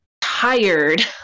tired